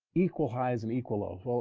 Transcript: equal highs and equal lows. well,